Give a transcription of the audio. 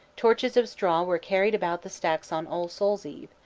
torches of straw were carried about the stacks on all souls' eve,